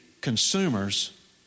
Consumers